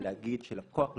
וכשהמגבלות תוסרנה,